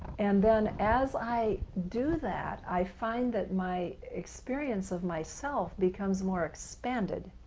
and then as i do that, i find that my experience of myself becomes more expanded,